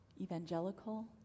evangelical